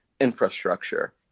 infrastructure